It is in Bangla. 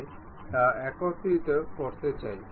আমরা OK এ ক্লিক করি